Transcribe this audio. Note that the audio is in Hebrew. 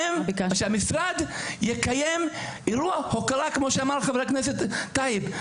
שהמשרד יקיים אירוע הוקרה כמו שאמר חבר הכנסת טייב,